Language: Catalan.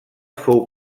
fou